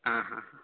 आं हां